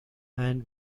and